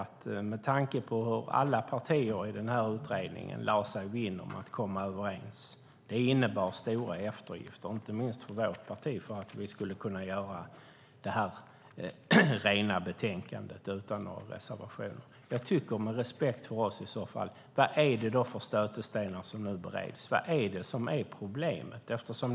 Med tanke på hur alla partier i utredningen lade sig vinn om att komma överens blev det fråga om stora eftergifter, inte minst för vårt parti, för att skapa detta rena betänkande utan reservationer. Med respekt för oss ledamöter, vilka stötestenar är det som nu bereds? Vad är problemet?